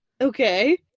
Okay